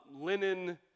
linen